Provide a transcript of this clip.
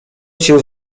się